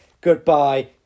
Goodbye